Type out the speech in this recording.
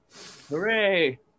Hooray